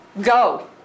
go